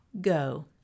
Go